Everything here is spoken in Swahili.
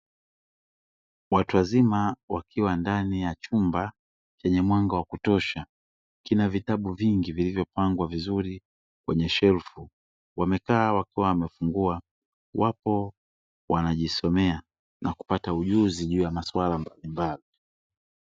Watu wazima wakiwa ndani ya chumba chenye mwanga wa kutosha kina vitabu vingi vilivyopangwa vizuri kwenye shelfu wamekaa wakiwa wanafungua wapo wanajisomea na kupata ujuzi juu ya maswala mbalimbali.